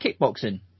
kickboxing